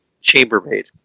chambermaid